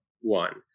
one